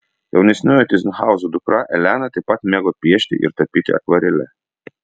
jaunesnioji tyzenhauzų dukra elena taip pat mėgo piešti ir tapyti akvarele